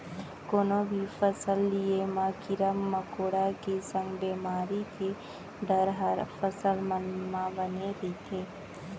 कोनो भी फसल लिये म कीरा मकोड़ा के संग बेमारी के डर हर फसल मन म बने रथे